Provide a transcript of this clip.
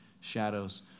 shadows